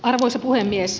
arvoisa puhemies